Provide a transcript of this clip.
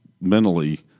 mentally